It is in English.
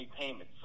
payments